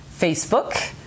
Facebook